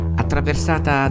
attraversata